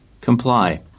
Comply